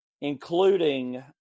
including